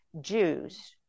jews